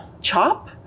CHOP